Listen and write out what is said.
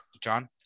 John